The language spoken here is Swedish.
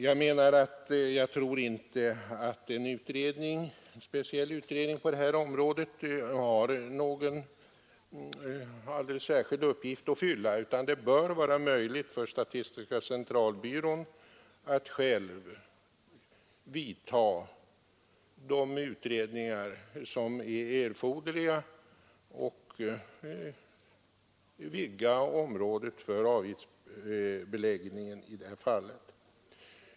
Jag tror alltså inte att en speciell utredning på det här området har någon särskild uppgift att fylla, utan det bör vara möjligt för statistiska centralbyrån att själv göra de utredningar som är erforderliga och vidga området för avgiftsbeläggning.